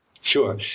Sure